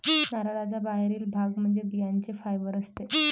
नारळाचा बाहेरील भाग म्हणजे बियांचे फायबर असते